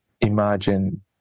Imagine